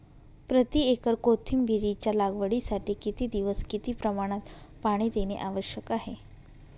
प्रति एकर कोथिंबिरीच्या लागवडीसाठी किती दिवस किती प्रमाणात पाणी देणे आवश्यक आहे?